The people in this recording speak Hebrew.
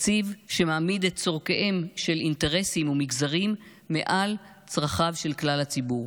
תקציב שמעמיד את צורכיהם של אינטרסים ומגזרים מעל צרכיו של כלל הציבור,